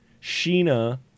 Sheena